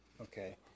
okay